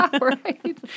Right